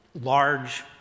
large